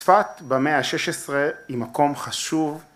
‫צפת במאה ה-16 היא מקום חשוב.